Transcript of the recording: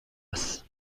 است